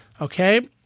Okay